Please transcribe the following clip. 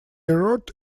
wrote